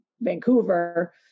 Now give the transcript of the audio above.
Vancouver